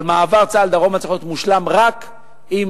אבל מעבר צה"ל דרומה צריך להיות מושלם רק עם